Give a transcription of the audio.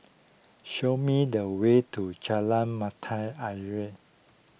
show me the way to Jalan Mata Ayer